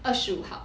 二十五号